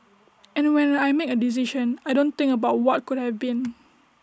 and when I make A decision I don't think about what could have been